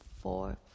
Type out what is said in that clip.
four